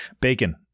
Bacon